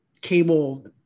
cable